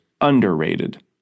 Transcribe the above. underrated